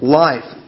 life